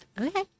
okay